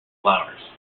flowers